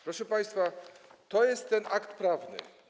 Proszę państwa, to jest ten akt prawny.